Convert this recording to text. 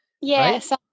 Yes